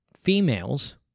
females